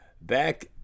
Back